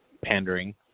pandering